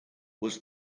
was